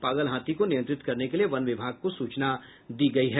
पागल हाथी को नियंत्रित करने के लिये वन विभाग को सूचना दी गयी है